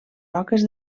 roques